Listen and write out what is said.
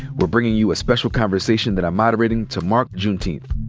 we're bringing you a special conversation that i'm moderating to mark juneteenth.